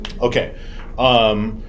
okay